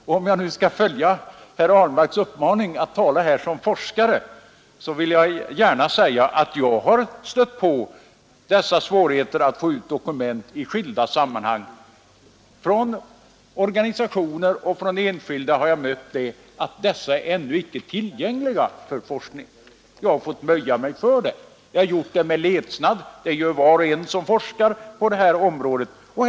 Om jag nu skall följa herr Ahlmarks uppmaning att tala som forskare, så vill jag gärna säga att jag i skilda sammanhang stött på svårigheter att både från organisationer och från enskilda få ut «Nr 139 dokument, därför att de ännu inte varit tillgängliga för forskning. Jag har Tisdagen den fått böja mig det. Jag har gjort det med ledsnad — det gör var och en 12 december 1972 som forskar på detta område.